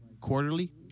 quarterly